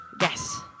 Yes